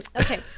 okay